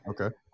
Okay